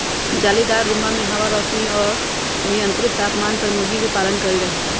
जालीदार रुम्मा में हवा, रौशनी और मियन्त्रित तापमान पर मूर्गी के पालन कइल जाहई